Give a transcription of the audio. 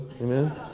Amen